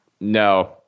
no